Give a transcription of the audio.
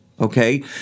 Okay